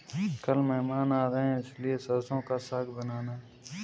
कल मेहमान आ रहे हैं इसलिए सरसों का साग बनाना